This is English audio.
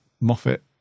Moffat